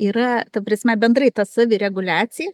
yra ta prasme bendrai ta savireguliacija